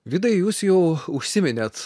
vidai jūs jau užsiminėt